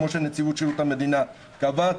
כמו שנציבות שירות המדינה קבעה.